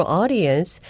audience